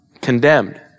condemned